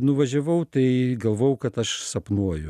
nuvažiavau tai galvojau kad aš sapnuoju